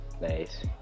nice